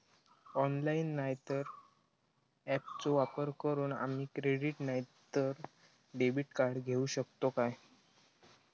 Online नाय तर ऍपचो वापर करून आम्ही क्रेडिट नाय तर डेबिट कार्ड घेऊ शकतो का?